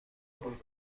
بود